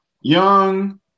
young